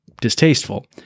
distasteful